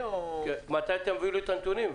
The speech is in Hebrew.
מתי תביאו לי את הנתונים?